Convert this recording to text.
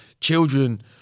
children